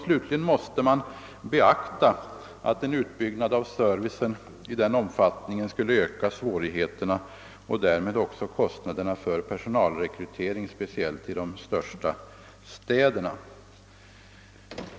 Slutligen måste man beakta att en utbyggnad av servicen i denna omfattning skulle öka svårigheterna och därmed också kostnaderna för personalrekryteringen, speciellt i de största städerna.